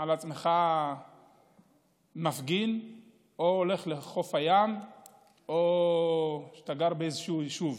על עצמך מפגין או הולך לחוף הים או שאתה גר באיזשהו יישוב.